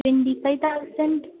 twenty five thousand